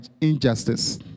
injustice